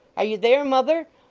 are you there, mother?